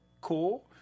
cool